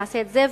נעשה את זה,